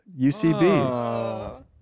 UCB